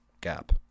gap